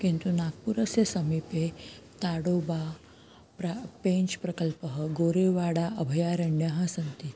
किन्तु नाग्पुरस्य समीपे ताडोबा प्रा पेञ्च् प्रकल्पः गोरेवाडा अभयारण्यः सन्ति